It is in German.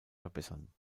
verbessern